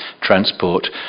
transport